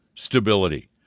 Stability